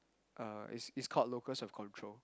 uh it's it's called locus of control